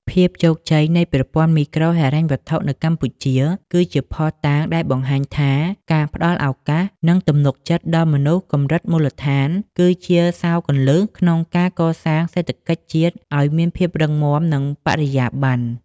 ភាពជោគជ័យនៃប្រព័ន្ធមីក្រូហិរញ្ញវត្ថុនៅកម្ពុជា គឺជាភស្តុតាងដែលបង្ហាញថា ការផ្តល់ឱកាស និងទំនុកចិត្តដល់មនុស្សកម្រិតមូលដ្ឋាន គឺជាសោរគន្លឹះក្នុងការកសាងសេដ្ឋកិច្ចជាតិឱ្យមានភាពរឹងមាំ និងបរិយាបន្ន។